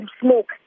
smoke